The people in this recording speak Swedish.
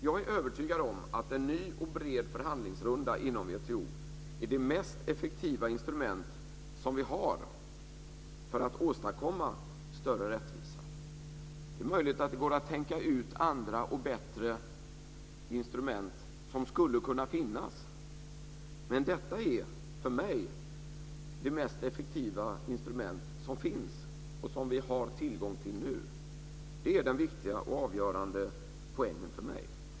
Jag är övertygad om att en ny och bred förhandlingsrunda inom WTO är det mest effektiva instrument som vi har för att åstadkomma större rättvisa. Det är möjligt att det går att tänka ut andra och bättre instrument som skulle kunna finnas, men detta är för mig det mest effektiva instrument som finns och som vi har tillgång till nu. Det är den viktiga och avgörande poängen för mig.